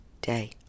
day